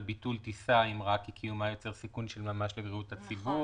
ביטול טיסה אם קיומה יוצר סיכון של ממש לבריאות הציבור,